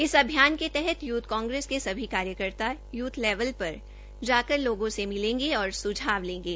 इस अभियान के तहत यूथ कांग्रेस के सभी कार्यकर्ता बूथ लेवल पर जाकर लोगों से मिलेंगे ओर सुझाव लेंगे